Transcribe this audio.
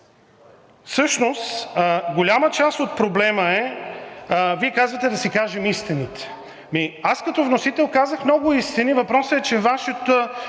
Всъщност голяма част от проблема е, Вие казвате: да си кажем истините. Аз като вносител казах много истини. Въпросът е, че Вашата